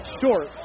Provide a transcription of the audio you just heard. short